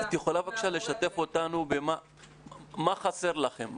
-- את יכולה בבקשה לשתף אותנו במה חסר לכם?